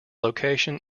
location